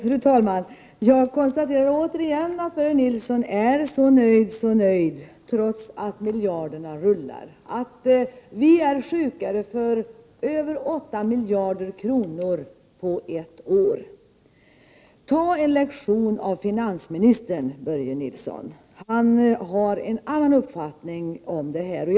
Fru talman! Jag konstaterar återigen att Börje Nilsson är så nöjd, så nöjd, trots att miljarderna rullar. Vi är sjuka för över 8 miljarder kronor på ett år. Ta en lektion av finansministern, Börje Nilsson! Han har en annan uppfattning än Börje Nilsson om den här saken.